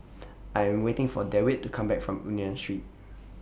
I Am waiting For Dewitt to Come Back from Union Street